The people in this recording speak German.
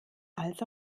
als